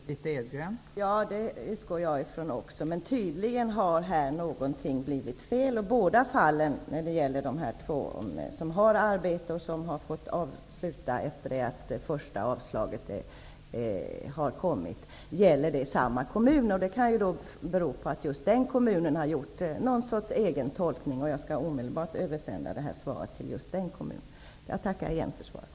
Fru talman! Det utgår jag också ifrån. Men tydligen har något blivit fel i dessa fall. De båda personerna som har fått sluta sitt arbete efter det första avslaget finns inom samma kommun. Det kan bero på att just den kommunen har gjort en egen tolkning. Jag skall omedelbart översända det här svaret till den kommunen. Jag tackar än en gång för svaret.